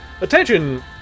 Attention